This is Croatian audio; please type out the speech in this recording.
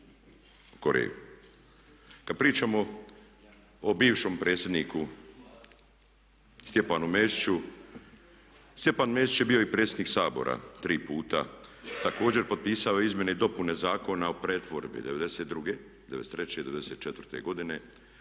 Kada pričamo o bivšem predsjedniku Stjepanu Mesiću, Stjepan Mesić je bio i predsjednik Sabora tri puta. Također potpisao je Izmjene i dopune Zakona o pretvorbi '92.,'93. i '94. godine.